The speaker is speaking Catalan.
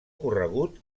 corregut